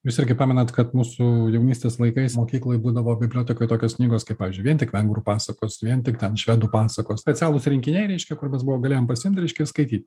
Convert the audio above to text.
jūs irgi pamenat kad mūsų jaunystės laikais mokykloj būdavo bibliotekoj tokios knygos kaip pavyzdžiui vien tik vengrų pasakos vien tik ten švedų pasakos specialūs rinkiniai reiškia kur mes buvo galėjom pasiimt raiškiai skaityt